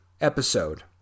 episode